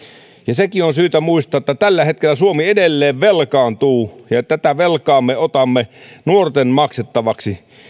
sekin on syytä muistaa että tällä hetkellä suomi edelleen velkaantuu ja tätä velkaa me otamme nuorten maksettavaksi